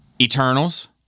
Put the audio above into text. Eternals